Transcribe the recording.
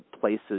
places